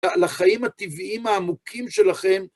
לחיים הטבעיים העמוקים שלכם.